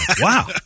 Wow